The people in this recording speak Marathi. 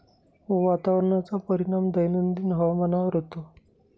वातावरणाचा परिणाम दैनंदिन हवामानावर होतो